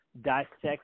dissect